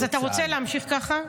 אז אתה רוצה להמשיך ככה?